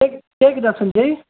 cake கேட்குதா சஞ்ஜய்